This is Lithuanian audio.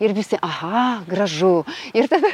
ir visi aha gražu ir tada